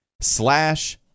slash